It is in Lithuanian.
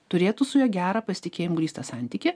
turėtų su juo gerą pasitikėjimu grįstą santykį